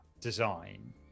design